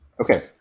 Okay